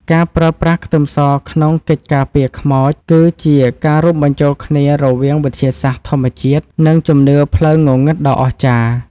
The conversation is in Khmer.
ការប្រើប្រាស់ខ្ទឹមសក្នុងកិច្ចការពារខ្មោចគឺជាការរួមបញ្ចូលគ្នារវាងវិទ្យាសាស្ត្រធម្មជាតិនិងជំនឿផ្លូវងងឹតដ៏អស្ចារ្យ។